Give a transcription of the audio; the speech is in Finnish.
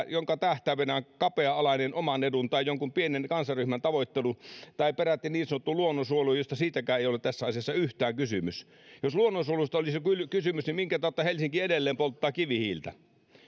jonka tähtäimenä on kapea alainen oman edun tai jonkun pienen kansanryhmän tavoittelu tai peräti niin sanottu luonnonsuojelu josta siitäkään ei ole tässä asiassa yhtään kysymys jos luonnonsuojelusta olisi kysymys niin minkä tautta helsinki edelleen polttaa kivihiiltä